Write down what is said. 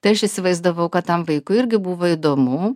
tai aš įsivaizdavau kad tam vaikui irgi buvo įdomu